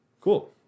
Cool